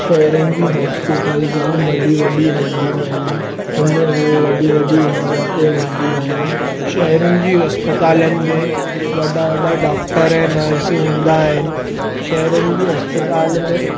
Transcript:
शहिरुनि जी हॉस्पिटल जामु वॾी वॾी हूंदियूं आहिनि हुन हो वॾी वॾी इमारते हूंदी आहिनि शहिरुनि जी इस्पतालनि में वॾा वॾा डॉक्टर ऐं नर्स हूंदा आहिनि शहिरुनि जी इस्पतालि में